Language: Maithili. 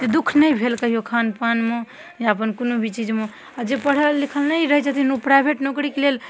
दुख नहि भेल कहिओ खान पानमे या अपन कोनो भी चीजमे आओर जे पढ़ल लिखल नहि रहै छथिन ओ प्राइवेट नौकरीके लेल